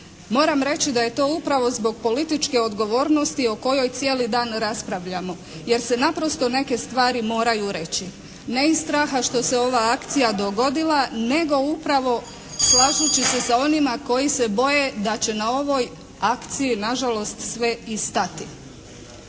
Moram reći da je to upravo zbog političke odgovornosti o kojoj cijeli dan raspravljamo, jer se naprosto neke stvari moraju reći. Ne iz straha što se ova akcija dogodila, nego upravo slažući se sa onima koji se boje da će na ovoj akciji nažalost sve i stati.